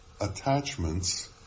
attachments